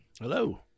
Hello